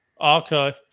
Okay